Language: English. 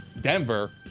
Denver